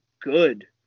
good